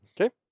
Okay